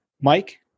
mike